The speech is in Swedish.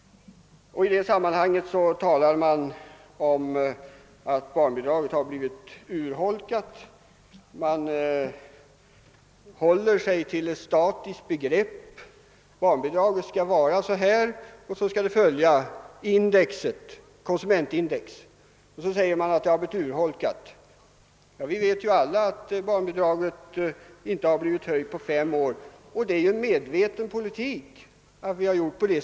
I det sammanhanget talar man om att barnbidraget har blivit urholkat. Man ser saken statiskt. Barnbidraget skall vara beskaffat på ett visst bestämt sätt. Vidare skall det följa konsumentprisindex. Vi vet alla att barnbidraget inte har blivit höjt under de fem senaste åren. Det är en medveten politik från vår sida.